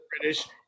British